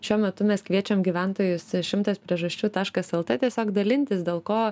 šiuo metu mes kviečiam gyventojus šimtas priežasčių taškas lt tiesiog dalintis dėl ko